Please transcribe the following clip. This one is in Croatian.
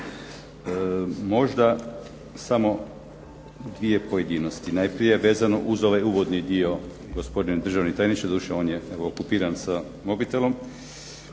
Možda samo dvije pojedinosti. Najprije vezano uz ovaj uvodni dio, gospodine državni tajniče, doduše on je okupiran sa mobitelom.